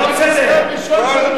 זה הראשון,